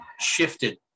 shifted